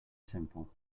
simple